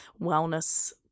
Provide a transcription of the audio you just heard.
wellness